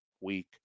week